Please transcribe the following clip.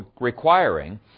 requiring